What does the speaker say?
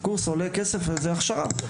קורס עולה כסף, וזוהי הכשרה.